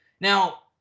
Now